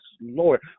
Lord